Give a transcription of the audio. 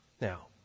Now